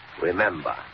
Remember